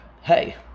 hey